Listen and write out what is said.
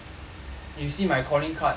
eh you see my calling card